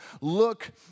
look